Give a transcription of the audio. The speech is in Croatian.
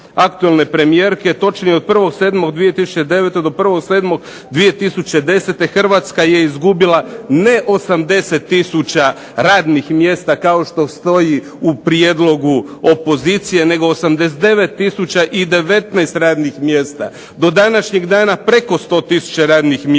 aktualne premijerke, točnije od 1.07.2009. do 1.07.2010. Hrvatska je izgubila ne 80 tisuća radnih mjesta kao što stoji u prijedlogu opozicije nego 89 tisuća i 19 radnih mjesta. Do današnjeg dana preko 100 tisuća radnih mjesta.